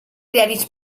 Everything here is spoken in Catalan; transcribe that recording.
diaris